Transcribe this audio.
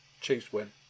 Chiefs-win